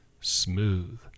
smooth